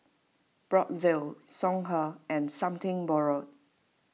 Brotzeit Songhe and Something Borrowed